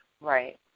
right